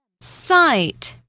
Sight